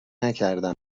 نکردم